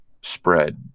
spread